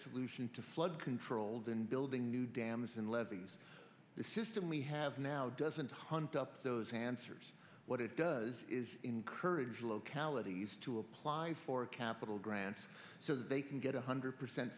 solution to flood control than building new dams and levees the system we have now doesn't hunt up those answers what it does is encourage localities to apply for a capital grant so that they can get one hundred percent